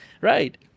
Right